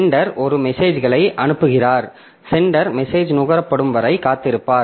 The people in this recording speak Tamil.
சென்டர் ஒரு மெசேஜை அனுப்புகிறார் சென்டர் மெசேஜ் நுகரப்படும் வரை காத்திருப்பார்